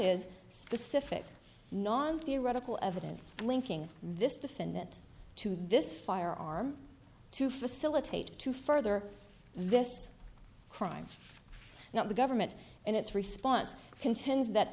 is specific non theoretical evidence linking this defendant to this firearm to facilitate to further this crime not the government and its response contends that